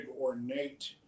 ornate